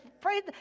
pray